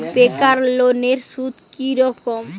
বেকার লোনের সুদ কি রকম?